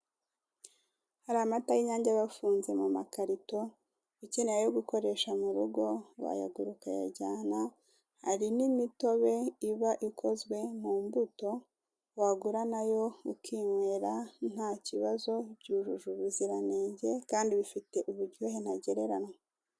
Hari amakarito y'inyange aba afunze mu makarito, ukeneye ayo gukoresha mu rugo wayagura ukayajyana hari n'imitobe iba ikoze mu mbuto wagura ukinywera nta kibazo byujuje ubuziranenge kandi bifite uburyohe ntagereranywa.